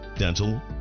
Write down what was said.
dental